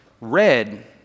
red